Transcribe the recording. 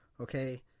Okay